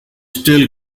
still